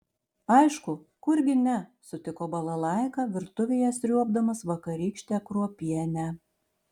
aišku kurgi ne sutiko balalaika virtuvėje sriuobdamas vakarykštę kruopienę